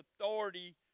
authority